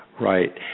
Right